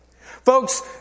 Folks